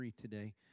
today